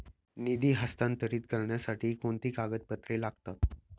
निधी हस्तांतरित करण्यासाठी कोणती कागदपत्रे लागतात?